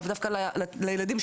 לילדים,